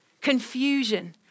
confusion